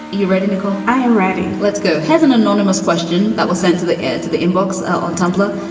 you ready, nicole? i am ready. let's go. has an anonymous question that will send to the air to the inbox on tumblr.